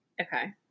Okay